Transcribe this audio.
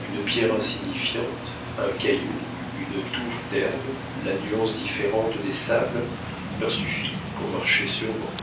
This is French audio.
une pierre insignifiante un caillou une touffe d'herbe la nuance différente des sables leur suffit pour marcher sûrement